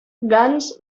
guns